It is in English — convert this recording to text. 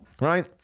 right